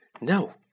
No